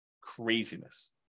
Craziness